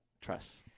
Trust